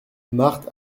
marthe